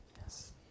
Yes